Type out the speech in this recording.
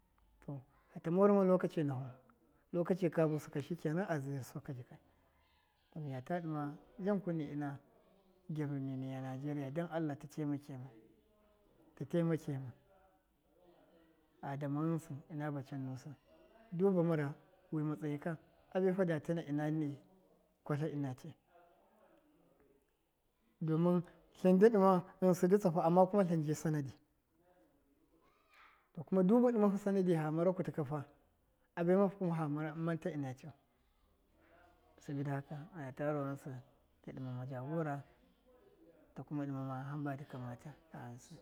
To fata morama lokaci nafu lokaci kabusɨ ka shikenan lokacika a zɨrɨ suka ji kai, to miya ta jan kummai ɨna gyaruni niya nigeria dan allah ta temakema, a dama ghɨnsɨ ina ba can nusɨ du ba mara wɨ matsayi ka abefa da tɨna ɨna ni kwatla ɨna ti domɨn tlɨndɨ dɨma ghɨnsɨ dɨ tsa fu ama tlɨnji sana dɨ to kuma dubida haka miya ta rawa ghɨnsɨ dɨ dɨma ma jagora ta kuma dɨmama hamba dɨ kamata a ghɨnsɨ.